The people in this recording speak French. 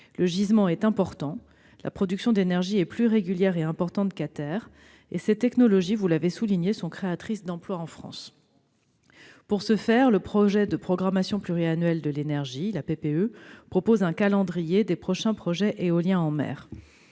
Le gisement est important, la production d'énergie est plus régulière et importante qu'à terre, et ces technologies sont créatrices d'emplois en France. Pour ce faire, le projet de programmation pluriannuelle de l'énergie, la PPE, propose un calendrier des prochains projets éoliens en mer.